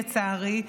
לצערי,